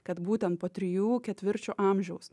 kad būtent po trijų ketvirčių amžiaus